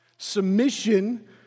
Submission